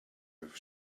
with